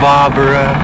Barbara